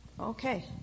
Okay